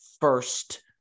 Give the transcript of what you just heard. first